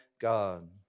God